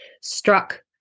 struck